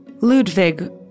Ludwig